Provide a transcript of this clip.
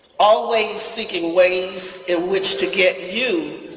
always seeking ways in which to get you,